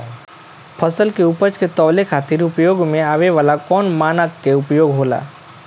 फसल के उपज के तौले खातिर उपयोग में आवे वाला कौन मानक के उपयोग होला?